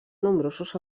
nombrosos